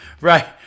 right